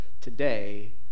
today